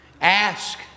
ask